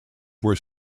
were